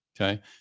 Okay